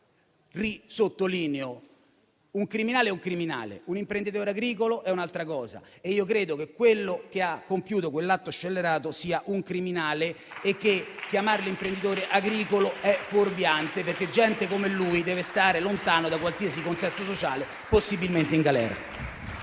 nuovo che un criminale è un criminale e un imprenditore agricolo è un'altra cosa. Io credo che colui che ha compiuto quell'atto scellerato sia un criminale e che chiamarlo imprenditore agricolo sia fuorviante, perché gente come lui deve stare lontano da qualsiasi consesso sociale, possibilmente in galera.